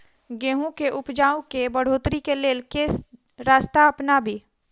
गेंहूँ केँ उपजाउ केँ बढ़ोतरी केँ लेल केँ रास्ता अपनाबी?